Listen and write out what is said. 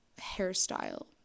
hairstyle